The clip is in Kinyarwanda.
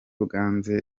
bwanze